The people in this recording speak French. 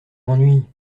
m’ennuies